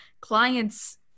clients